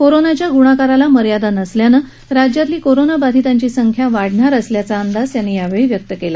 कोरोनाच्या गुणाकाराला मर्यादा नसल्यानं राज्यातली कोरोनाबाधितांची संख्या वाढणार असल्याचा अंदाजही त्यांनी यावेळी वर्तवला